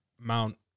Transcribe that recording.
Mount